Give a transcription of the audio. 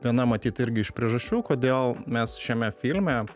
viena matyt irgi iš priežasčių kodėl mes šiame filme